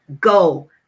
go